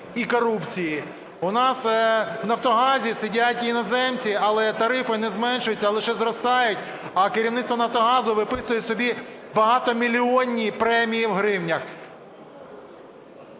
і корупції; у нас в Нафтогазі сидять іноземці, але тарифи не зменшуються, а лише зростають, а керівництво "Нафтогазу" виписує собі багатомільйонні премії в гривнях.